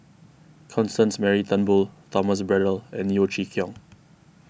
Constance Mary Turnbull Thomas Braddell and Yeo Chee Kiong